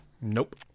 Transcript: Nope